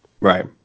right